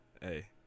Hey